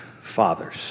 fathers